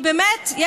כי באמת,